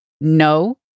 no